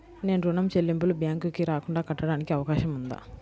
నేను ఋణం చెల్లింపులు బ్యాంకుకి రాకుండా కట్టడానికి అవకాశం ఉందా?